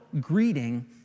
greeting